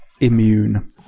immune